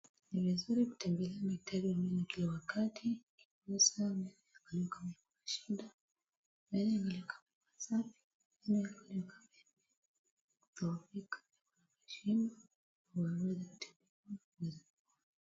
Ni vizuri kutembelea daktari wa meno kila wakati, haswa meno yenye iko na shida, meno inafaa kuwa safi, haifai kudhoofika kwa jino, ili waweze kuangalia hali yako.